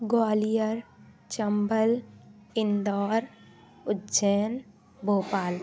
Gwalior Chambal Indore Ujjain Bhopal